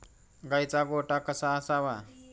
गाईचा गोठा कसा असावा?